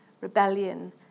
rebellion